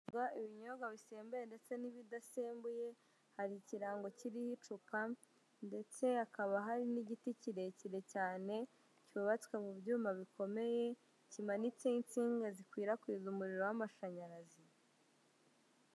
Ndareba ibinyobwa bishemeye ndetse n'ibidasembuye, hari ikirango kiriho icupa, ndetse hakaba hari n'igiti kirekire cyane cyubatswe mu byuma bikomeye kimanitseho insinga zikwirakwiza umuriro w'amashanyarazi.